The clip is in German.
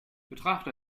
betrachte